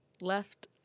left